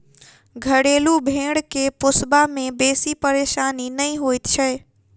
घरेलू भेंड़ के पोसबा मे बेसी परेशानी नै होइत छै